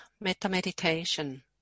Meta-meditation